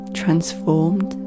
transformed